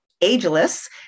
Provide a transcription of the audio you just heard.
Ageless